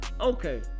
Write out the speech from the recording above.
Okay